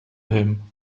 him